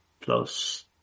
plus